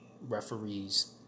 referees